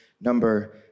number